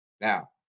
now